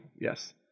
yes